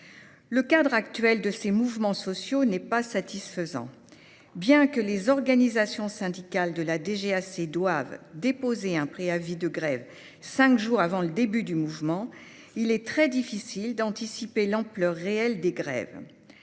Le cadre actuel de ces mouvements sociaux n'est pas satisfaisant. Certes, les organisations syndicales de la DGAC doivent déposer un préavis de grève cinq jours avant le début de tout mouvement, mais il est très difficile pour l'administration d'anticiper l'ampleur réelle de chaque